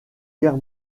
guerre